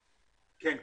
כן.